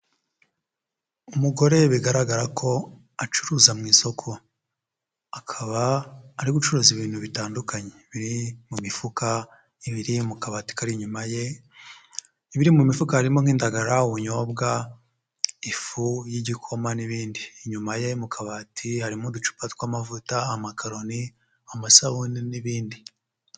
Umugore bigaragara ko acuruza mu isoko, akaba ari gucuruza ibintu bitandukanye biri mu mifuka, ibiri mu kabati kari inyuma ye, ibiri mu mifuka harimo nk'indagarara, ubunyobwa, ifu y'igikoma n'ibindi. Inyuma ye mu kabati harimo uducupa tw'amavuta, amakaroni, amasabune n'ibindi.